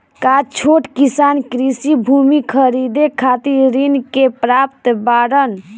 का छोट किसान कृषि भूमि खरीदे खातिर ऋण के पात्र बाडन?